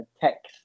text